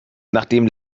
nachdem